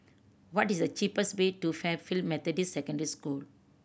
what is the cheapest way to Fairfield Methodist Secondary School